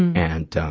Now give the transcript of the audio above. and, um,